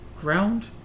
ground